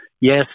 yes